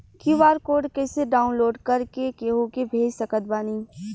QR code कइसे download कर के केहु के भेज सकत बानी?